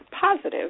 positive